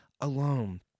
alone